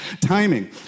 Timing